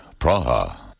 Praha